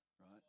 right